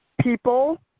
people